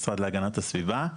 משרד להגנת הסביבה,